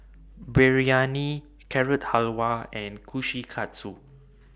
Biryani Carrot Halwa and Kushikatsu